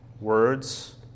words